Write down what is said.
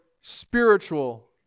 spiritual